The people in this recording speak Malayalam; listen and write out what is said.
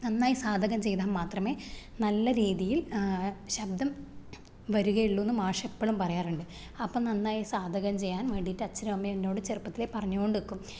നന്നായി സാധകം ചെയ്താൽ മാത്രമേ നല്ല രീതിയില് ശബ്ദം വരുകയുള്ളൂന്ന് മാഷെപ്പളും പറയാറുണ്ട് അപ്പം നന്നായി സാധകം ചെയ്യാന് വേണ്ടീട്ടച്ഛനും അമ്മയും എന്നോട് ചെറുപ്പത്തിലേ പറഞ്ഞോണ്ടിരിക്കും